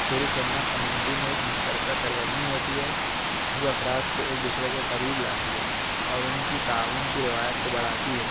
کھیل کھیلنا کمیونٹی میں ایک مشترکہ سرگرمی ہوتی ہے جو افراد کو ایک دوسرے کے قریب لاتی ہے اور ان کی تعاون کی روایت کو بڑھاتی ہے